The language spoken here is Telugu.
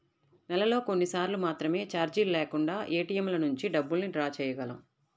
నెలలో కొన్నిసార్లు మాత్రమే చార్జీలు లేకుండా ఏటీఎంల నుంచి డబ్బుల్ని డ్రా చేయగలం